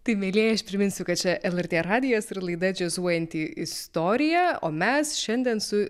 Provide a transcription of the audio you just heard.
tai mielieji aš priminsiu kad čia lrt radijas ir laida džiazuojanti istorija o mes šiandien su